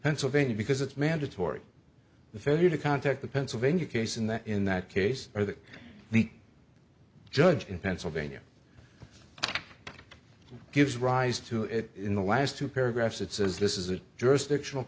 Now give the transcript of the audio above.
pennsylvania because it's mandatory the failure to contact the pennsylvania case in that in that case or that the judge in pennsylvania gives rise to it in the last two paragraphs it says this is a jurisdiction